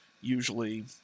usually